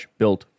built